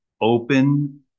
Open